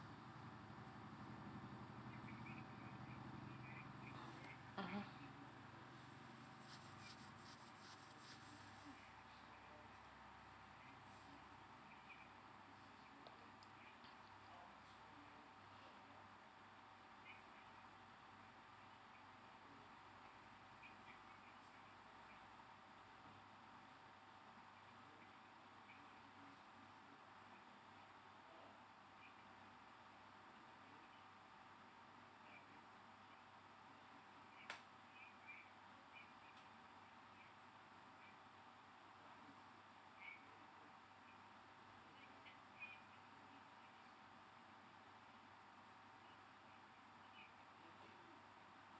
mmhmm